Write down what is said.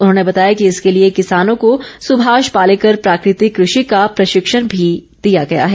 उन्होंने बताया कि इसके लिए किसानों को सुभाष पालेकर प्राकृतिक कृषि का प्रशिक्षण भी दिया गया है